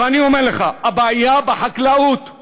אבל אני אומר לך: הבעיה בחקלאות היא